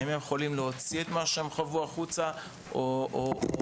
האם הם יכולים להוציא את מה שהם חוו החוצה או לספר,